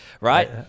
right